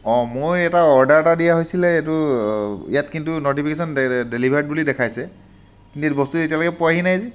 অঁ মোৰ এটা অৰ্ডাৰ এটা দিয়া হৈছিলে এইটো ইয়াত কিন্তু নটিফিকেশ্যন ডেলিভাৰ্ড বুলি দেখাইছে কিন্তু বস্তু এতিয়ালৈকে পোৱাহি নাই যে